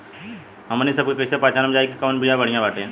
हमनी सभ कईसे पहचानब जाइब की कवन बिया बढ़ियां बाटे?